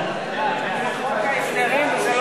על חוק הסדרים.